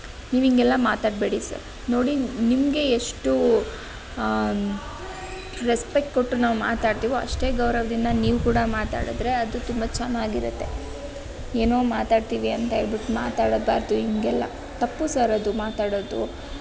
ನೀವಿಂಗೆಲ್ಲ ಮಾತಾಡಬೇಡಿ ಸರ್ ನೋಡಿ ನಿಮಗೆ ಎಷ್ಟು ರೆಸ್ಪೆಕ್ಟ್ ಕೊಟ್ಟು ನಾವು ಮಾತಾಡ್ತೀವೋ ಅಷ್ಟೇ ಗೌರವದಿಂದ ನೀವು ಕೂಡ ಮಾತಾಡಿದರೆ ಅದು ತುಂಬ ಚೆನ್ನಾಗಿರತ್ತೆ ಏನೋ ಮಾತಾಡ್ತೀವಿ ಅಂತ ಹೇಳ್ಬಿಟ್ಟು ಮಾತಾಡಬಾರದು ಹೀಗೆಲ್ಲ ತಪ್ಪು ಸರ್ ಅದು ಮಾತಾಡೋದು